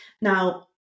Now